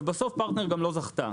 ובסוף פרטנר גם לא זכתה,